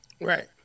Right